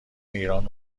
ایران